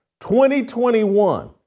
2021